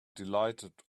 delighted